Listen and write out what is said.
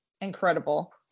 Incredible